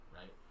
right